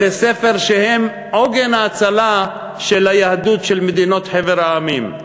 בתי-ספר שהם עוגן ההצלה של היהדות של חבר המדינות.